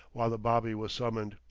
while the bobby was summoned.